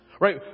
Right